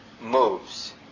moves